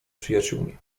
przyjaciółmi